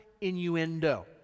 innuendo